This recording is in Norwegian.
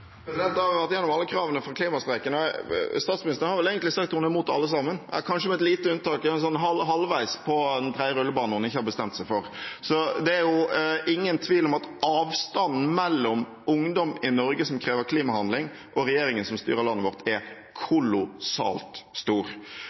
vel egentlig sagt at hun er imot alle sammen – ja, kanskje med et lite unntak, halvveis, for den tredje rullebanen hun ikke har bestemt seg for. Så det er ingen tvil om at avstanden mellom ungdom i Norge som krever klimahandling, og regjeringen som styrer landet vårt, er kolossalt stor.